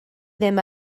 ddim